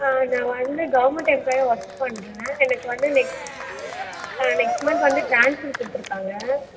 நான் வந்து கவர்மெண்ட் எம்ப்ளாய்யாக ஒர்க் பண்ணுறேன் எனக்கு வந்து நெக்ஸ்ட் நெக்ஸ்ட் மந்த் வந்து ட்ரான்ஸ்வெர் கொடுத்துருக்காங்க